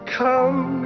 come